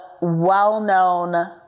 well-known